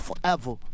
forever